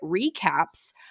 recaps